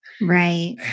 Right